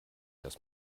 dass